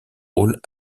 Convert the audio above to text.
rôles